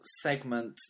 segment